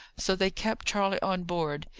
so they kept charley on board.